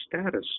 status